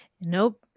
Nope